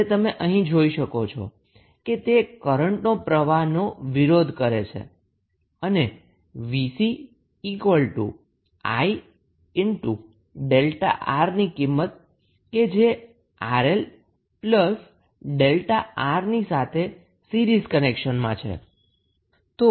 જે તમે અહીં જોઈ શકો છો કે તે કરન્ટના પ્રવાહનો વિરોધ કરે છે અને 𝑉𝐶 𝐼Δ𝑅 ની કિંમત કે જે 𝑅𝐿𝛥𝑅 ની સાથે સીરીઝ કનેક્શનમાં છે